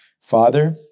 Father